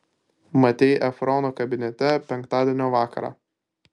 matei efrono kabinete penktadienio vakarą